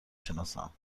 شناسم